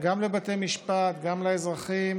גם לבתי משפט, גם לאזרחים